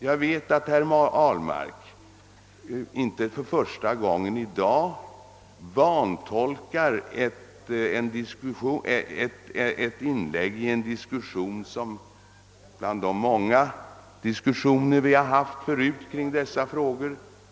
Jag vet att herr Ahlmark i dag inte för första gången vantolkar ett inlägg i en diskussion bland de många diskussioner vi förut haft kring dessa frågor.